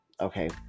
Okay